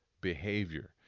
behavior